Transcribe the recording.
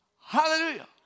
Hallelujah